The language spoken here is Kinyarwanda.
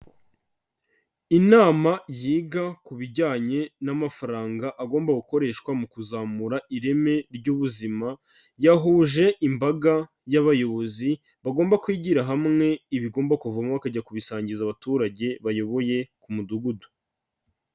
Inama yiga ku bijyanye n'amafaranga agomba gukoreshwa mu kuzamura ireme ry'ubuzima, yahuje imbaga y'abayobozi bagomba kwigira hamwe ibigomba kuvamo bakajya kubisangiza abaturage bayoboye ku mudugudu.